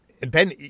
Ben